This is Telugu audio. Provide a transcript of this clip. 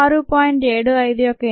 75 యొక్క ఇన్వర్స్ 0